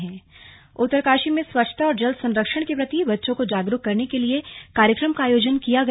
slug कार्यक्रम उत्तरकाशी उत्तरकाशी में स्वच्छता और जल संरक्षण के प्रति बच्चों को जागरूक करने के लिए कार्यक्रम का आयोजन किया गया